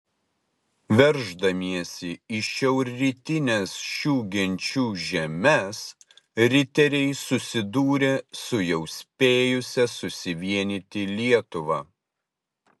verždamiesi į šiaurrytines šių genčių žemes riteriai susidūrė su jau spėjusia susivienyti lietuva